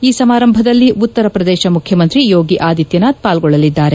ಈ ಸಮಾರಂಭದಲ್ಲಿ ಉತ್ತರ ಪ್ರದೇಶ ಮುಖ್ಯಮಂತ್ರಿ ಯೋಗಿ ಆದಿತ್ಯನಾಥ್ ಪಾಲ್ಗೊಳ್ಳಲಿದ್ದಾರೆ